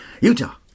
Utah